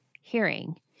hearing